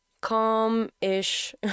calm-ish